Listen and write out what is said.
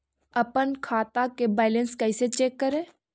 अपन खाता के बैलेंस कैसे चेक करे?